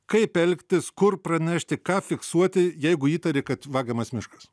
kaip elgtis kur pranešti ką fiksuoti jeigu įtari kad vagiamas miškas